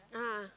a'ah